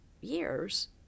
years